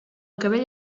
cabell